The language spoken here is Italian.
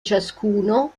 ciascuno